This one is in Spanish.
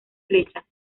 flechas